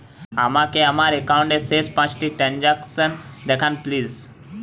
আমাকে আমার একাউন্টের শেষ পাঁচটি ট্রানজ্যাকসন দেখান প্লিজ